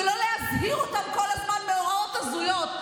ולא להזהיר אותם כל הזמן מהוראות הזויות.